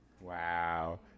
Wow